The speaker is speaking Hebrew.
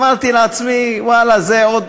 אמרתי לעצמי, ואללה, זה עוד,